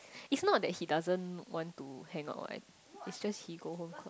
it's not that he doesn't want to hang out what it's just he go home club